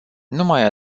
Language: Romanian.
numai